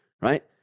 right